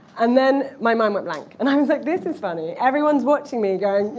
and then my mind went blank. and i was like, this is funny. everyone's watching me going,